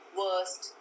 worst